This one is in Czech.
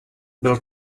byl